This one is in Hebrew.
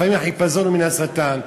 לפעמים החיפזון מן השטן.